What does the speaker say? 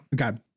Okay